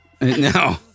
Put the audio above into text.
No